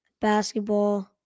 basketball